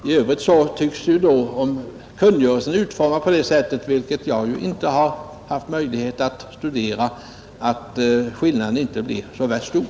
I övrigt tycks ju, om kungörelsen är utformad på det sättet — vilket jag ju inte har haft möjlighet att kontrollera — skillnaden inte blir så värst stor.